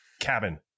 Cabin